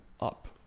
up